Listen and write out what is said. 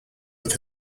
with